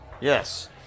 Yes